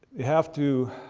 have to